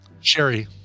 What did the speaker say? Sherry